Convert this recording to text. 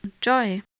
joy